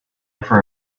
for